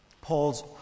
Paul's